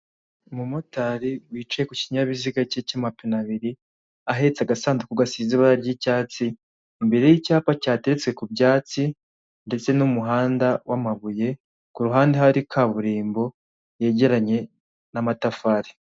Umumotari wicaye ku kinyabiziga cye cy'amapine abiri, ahetse agasanduku gasize ibara ry'icyatsi imbere y'icyapa cyateretswe ku byatsi ndetse n'umuhanda w'amabuye ku ruhande hari kaburimbo yegeranye n'amatafari.